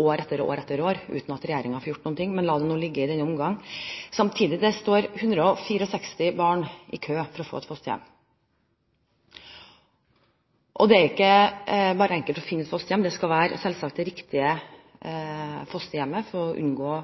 år etter år uten at regjeringen får gjort noen ting. Men la nå det ligge i denne omgang. Samtidig: Det står 164 barn i kø for å få et fosterhjem. Det er ikke bare enkelt å finne et fosterhjem, det skal selvsagt være det riktige fosterhjemmet for å unngå